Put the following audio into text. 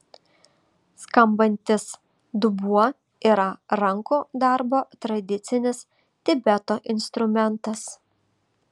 skambantis dubuo yra rankų darbo tradicinis tibeto instrumentas